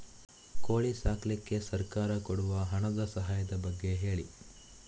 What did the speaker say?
ಕೋಳಿ ಸಾಕ್ಲಿಕ್ಕೆ ಸರ್ಕಾರ ಕೊಡುವ ಹಣದ ಸಹಾಯದ ಬಗ್ಗೆ ಹೇಳಿ